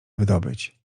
wydobyć